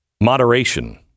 Moderation